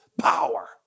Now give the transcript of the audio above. power